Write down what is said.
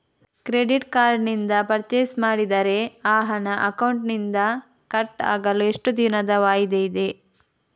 Credit card ನಿಂದ purchase ಮಾಡಿದರೆ ಆ ಹಣ ಅಕೌಂಟಿನಿಂದ ಕಟ್ ಆಗಲು ಎಷ್ಟು ದಿನದ ವಾಯಿದೆ ಇದೆ?